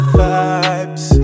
vibes